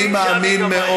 אני מאמין מאוד.